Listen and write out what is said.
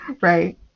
Right